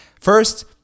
first